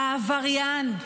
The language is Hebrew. העבריין,